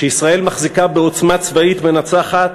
שישראל מחזיקה בעוצמה צבאית מנצחת